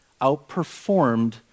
outperformed